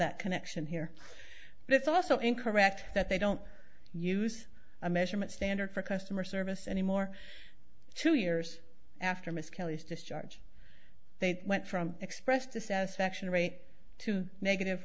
that connection here but it's also incorrect that they don't use a measurement standard for customer service anymore two years after miss kelly's discharge they went from express dissatisfaction rate to negative